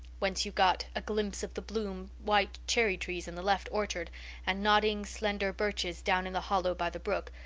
whence you got a glimpse of the bloom white cherry-trees in the left orchard and nodding, slender birches down in the hollow by the brook,